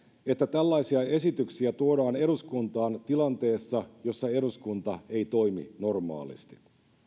että tällaisia esityksiä tuodaan eduskuntaan tilanteessa jossa eduskunta ei toimi normaalisti